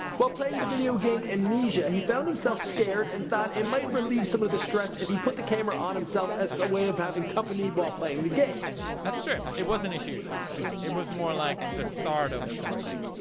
while playing the video game amnesia he found himself scared and thought it might relieve some of the stress if he put the camera on himself as some so way of having company while playing the game that's true. it wasn't a huge success. it was more like, the start of something.